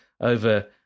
over